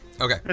Okay